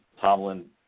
Tomlin